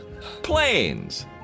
planes